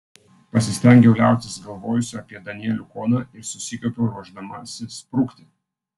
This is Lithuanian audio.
pasistengiau liautis galvojusi apie danielių koną ir susikaupiau ruošdamasi sprukti